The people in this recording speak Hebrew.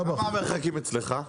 כמה המרחקים אצלך?